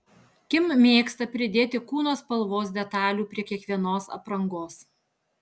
kim mėgsta pridėti kūno spalvos detalių prie kiekvienos aprangos